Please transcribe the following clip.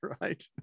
right